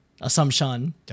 Assumption